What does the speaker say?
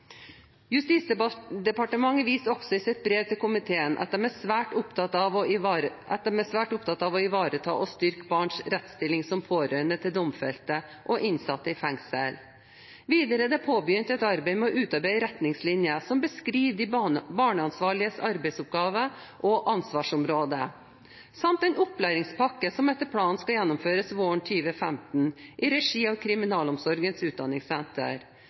viser også i sitt brev til komiteen at de er svært opptatt av å ivareta og styrke barns rettsstilling som pårørende til domfelte og innsatte i fengsel. Videre er det påbegynt et arbeid med å utarbeide retningslinjer som beskriver de barneansvarliges arbeidsoppgaver og ansvarsområder, samt en «opplæringspakke» som etter planen skal gjennomføres våren 2015 i regi av Kriminalomsorgens utdanningssenter.